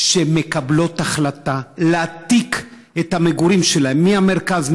שמקבלות החלטה להעתיק את המגורים שלהן מהמרכז,